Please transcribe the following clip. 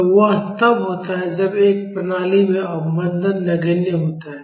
तो वह तब होता है जब एक प्रणाली में अवमंदन नगण्य होता है